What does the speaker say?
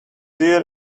dear